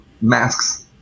Masks